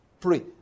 Pray